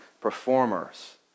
performers